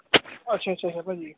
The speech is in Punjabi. ਅੱਛਾ ਅੱਛਾ ਅੱਛਾ ਭਾਜੀ